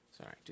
Sorry